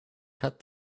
cut